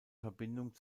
verbindung